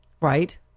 Right